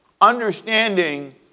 understanding